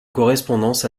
correspondance